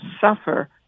suffer